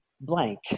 blank